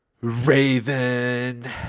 Raven